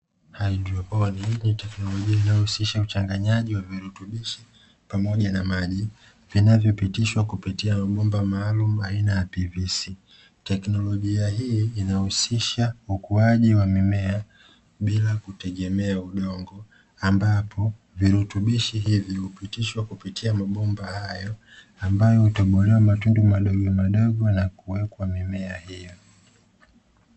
Haidroponi ni teknologia inayohusika na uchanganyagi wa vifutubisho pamoja na maji vinavyo pitishwa kupitia mabomba maalumu aina ya p v c. Teknologia hii inahusisha ukuaji wa mimea bila kutegemea udongo ambapo virutubishi hivi hupitishwa kwa kutumia mabomba hayo, ambayo hutobolewa matundu madogo madogo na kuwekwa mimea hiyo.